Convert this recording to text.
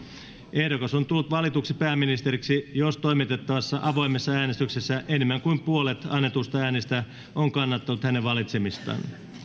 ehdokas on tullut valituksi pääministeriksi jos toimitettavassa avoimessa äänestyksessä enemmän kuin puolet annetuista äänistä on kannattanut hänen valitsemistaan